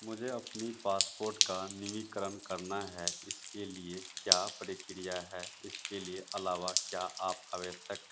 मुझे अपनी पासपोर्ट का नीवीकरण करना है इसके लिए क्या प्रक्रिया है इसके लिए अलावा क्या आप आवश्यक